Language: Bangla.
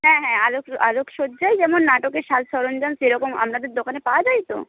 হ্যাঁ হ্যাঁ আলোক আলোক সজ্জায় যেমন নাটকের সাজ সরঞ্জাম সেরকম আমনাদের দোকানে পাওয়া যায় তো